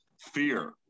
fear